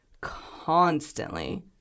constantly